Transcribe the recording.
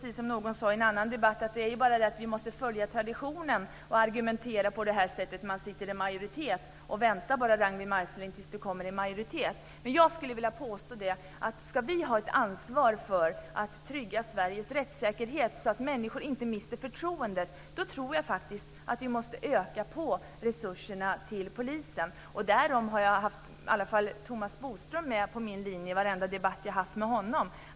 I en annan debatt sade någon: Man måste följa traditionen och argumentera på det här sättet när man sitter i majoritet. Vänta bara, Ragnwi Marcelind, tills du hamnar i majoriteten! Sverige så att människor inte mister förtroendet tror jag faktiskt att vi måste öka resurserna till polisen. Åtminstone Thomas Bodström har varit med på min linje i varenda debatt jag har haft med honom.